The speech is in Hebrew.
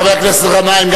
חבר הכנסת גנאים,